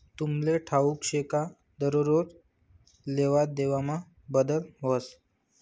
तुमले ठाऊक शे का दरोज लेवादेवामा बदल व्हस